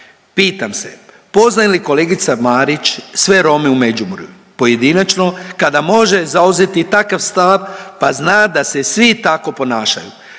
Pitam se, poznaje li kolegica Marić sve Rome u Međimurju, pojedinačno, kada može zauzeti takav stav pa zna da se svi tako ponašaju.